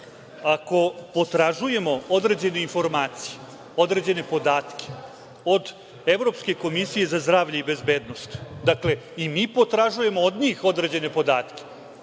ako potražujemo određene informacije, određene podatke od Evropske komisije za zdravlje i bezbednost, dakle i mi potražujemo od njih određene podatke,